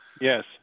Yes